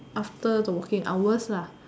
after the working hours